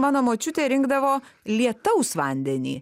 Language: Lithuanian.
mano močiutė rinkdavo lietaus vandenį